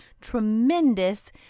tremendous